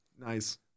Nice